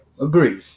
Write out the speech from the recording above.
Agreed